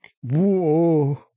Whoa